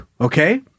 Okay